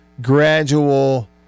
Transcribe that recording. gradual